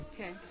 Okay